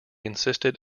insisted